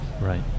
Right